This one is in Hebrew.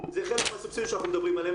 זה חלק מהסובסידיה שאנחנו מדברים עליהם,